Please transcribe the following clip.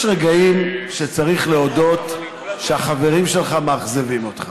יש רגעים שצריך להודות שהחברים שלך מאכזבים אותך.